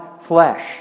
flesh